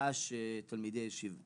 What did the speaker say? במפורש תלמידי ישיבות.